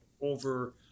over